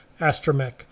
Astromech